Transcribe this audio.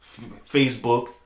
Facebook